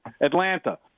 Atlanta